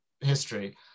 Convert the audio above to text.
history